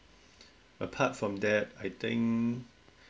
apart from that I think